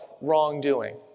wrongdoing